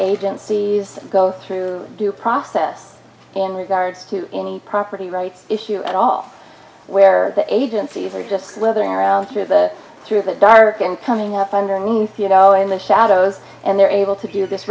agencies go through due process in regards to any property rights issue at all where the agencies are just weathering around through the through the dark and coming up underneath you know in the shadows and they're able to do this